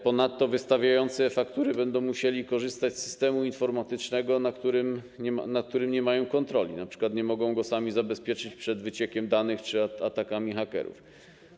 Ponadto wystawiający e-faktury będą musieli korzystać z systemu informatycznego, nad którym nie mają kontroli, np. nie mogą go sami zabezpieczyć przed wyciekiem danych czy atakami hakerów.